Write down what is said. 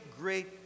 great